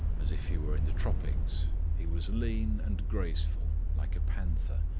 as if he were in the tropics he was lean and graceful, like a panther,